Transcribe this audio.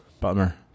bummer